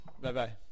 Bye-bye